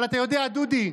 אבל אתה יודע, דודי,